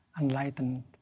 enlightened